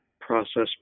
process